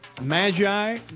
Magi